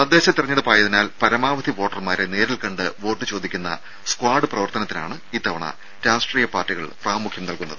തദ്ദേശ തെരഞ്ഞെടുപ്പ് ആയതിനാൽ പരമാവധി വോട്ടർമാരെ നേരിൽ കണ്ട് വോട്ട് ചോദിക്കുന്ന സ്ക്വാഡ് പ്രവർത്തനത്തിനാണ് ഇത്തവണ രാഷ്ട്രീയ പാർട്ടികൾ പ്രാമുഖ്യം നൽകുന്നത്